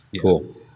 cool